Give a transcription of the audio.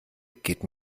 geht